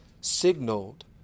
signaled